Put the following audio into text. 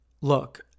Look